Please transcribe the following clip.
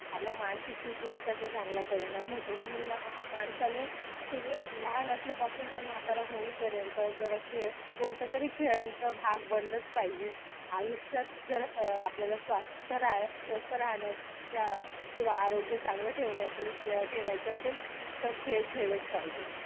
आपल्या मानसिक स्थितीवर त्याचा चांगला परिणाम होतो म्हणून माणसाने सुरु लहान असल्यापासून तर म्हातारा होईपर्यंत जरा खेळ कोणत्यातरी खेळांचा भाग बनलंच पाहिजे आयुष्यात जर आपल्याला स्वास्थ्य रहाय स्वस्थ राहण्याचा किंवा आरोग्य चांगलं ठेवण्याचे ठेवायचे असेल तर खेळ खेळलेच पाहिजे